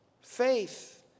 faith